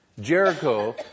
Jericho